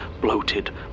bloated